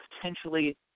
potentially